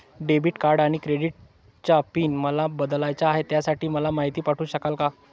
Debit आणि credit कार्डचा PIN मला बदलायचा आहे, त्यासाठी मला माहिती पाठवू शकाल का?